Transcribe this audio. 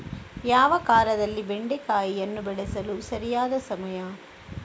ಯಾವ ಕಾಲದಲ್ಲಿ ಬೆಂಡೆಕಾಯಿಯನ್ನು ಬೆಳೆಸಲು ಸರಿಯಾದ ಸಮಯ?